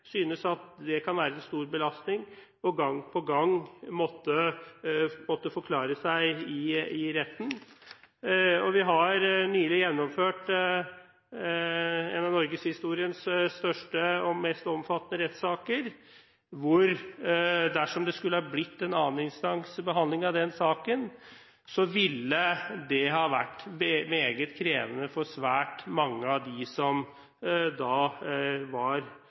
synes at det kan være en stor belastning gang på gang å måtte forklare seg i retten. Vi har nylig gjennomført en av norgeshistoriens største og mest omfattende rettssaker, og dersom det hadde blitt en behandling i anneninstans av den saken, ville det ha vært meget krevende for svært mange av dem som